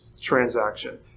transaction